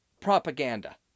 propaganda